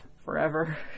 forever